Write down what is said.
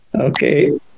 Okay